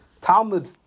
Talmud